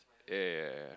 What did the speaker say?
ya ya ya ya